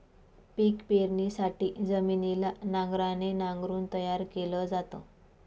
पिक पेरणीसाठी जमिनीला नांगराने नांगरून तयार केल जात